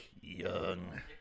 young